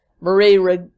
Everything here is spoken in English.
Marie